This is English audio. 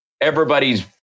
Everybody's